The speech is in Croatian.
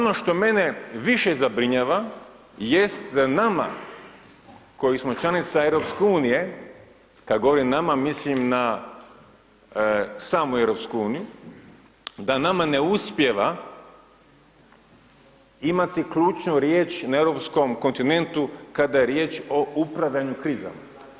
Ono što mene više zabrinjava jest da nama koji smo članica EU, kada govorim nama, mislim na samu EU, da nama ne uspijeva imati ključnu riječ na europskom kontinentu kada je riječ o upravljanju krizama.